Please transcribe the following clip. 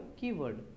keyword